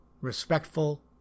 respectful